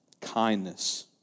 kindness